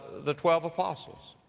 the twelve apostles.